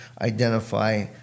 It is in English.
identify